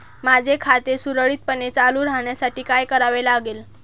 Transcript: माझे खाते सुरळीतपणे चालू राहण्यासाठी काय करावे लागेल?